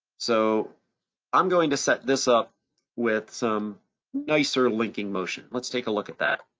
so i'm going to set this up with some nicer linking motion. let's take a look at that,